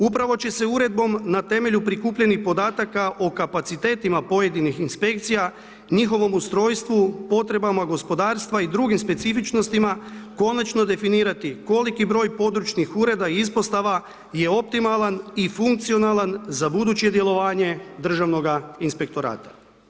Upravo će se uredbom na temelju prikupljenih podataka o kapacitetima pojedinih inspekcija, njihovom ustrojstvu, potrebama gospodarstva i drugim specifičnostima konačno definirati koliki broj područnih ureda i ispostava je optimalan i funkcionalan za buduće djelovanje Državnoga inspektorata.